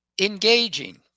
engaging